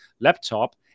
laptop